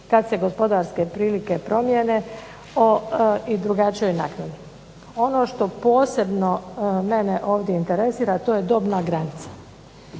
kad se gospodarske prilike promjene o i drugačijoj naknadi. Ono što posebno mene ovdje interesira, a to je dobna granica.